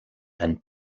and